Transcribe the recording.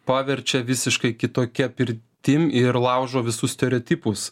paverčia visiškai kitokia pirtim ir laužo visus stereotipus